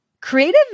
Creative